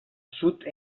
sud